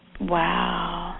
Wow